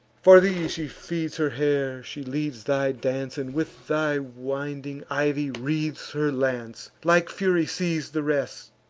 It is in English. for thee she feeds her hair, she leads thy dance, and with thy winding ivy wreathes her lance. like fury seiz'd the rest